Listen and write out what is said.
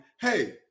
hey